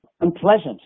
unpleasant